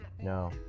No